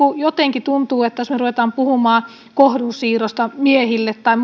jotenkin tuntuu jos me rupeamme puhumaan kohdunsiirrosta miehille tai